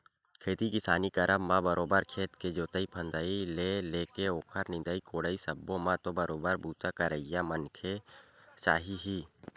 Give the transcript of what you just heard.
खेती किसानी करब म बरोबर खेत के जोंतई फंदई ले लेके ओखर निंदई कोड़ई सब्बो म तो बरोबर बूता करइया मनखे चाही ही